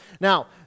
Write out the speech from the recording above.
Now